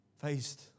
faced